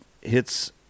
hits